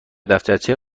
دفترچه